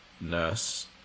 nurse